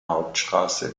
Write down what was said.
hauptstraße